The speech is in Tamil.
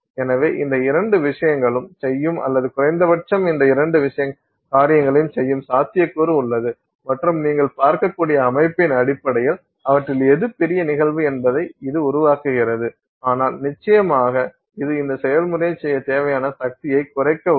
எனவே இந்த இரண்டு விஷயங்களும் செய்யும் அல்லது குறைந்தபட்சம் இது இந்த இரண்டு காரியங்களையும் செய்யும் சாத்தியக்கூறு உள்ளது மற்றும் நீங்கள் பார்க்கக்கூடிய அமைப்பின் அடிப்படையில் அவற்றில் எது பெரிய நிகழ்வு என்பதை இது உருவாக்குகிறது ஆனால் நிச்சயமாக இது இந்த செயல்முறையைச் செய்யத் தேவையான சக்தியைக் குறைக்க உதவும்